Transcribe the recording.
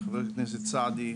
חה"כ סעדי,